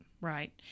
Right